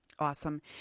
Awesome